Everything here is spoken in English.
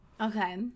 Okay